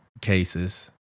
cases